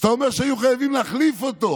שאתה אומר שהיו חייבים להחליף אותו,